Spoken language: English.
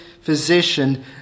physician